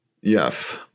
yes